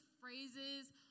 phrases